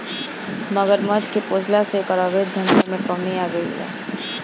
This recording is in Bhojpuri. मगरमच्छ के पोसला से एकर अवैध धंधा में कमी आगईल बा